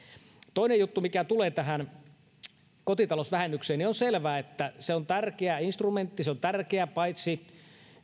toinen juttu mikä tulee tähän kotitalousvähennykseen on selvää että se on tärkeä instrumentti se on tärkeä paitsi